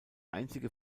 einzige